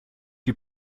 die